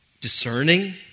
discerning